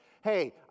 hey